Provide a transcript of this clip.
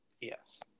Yes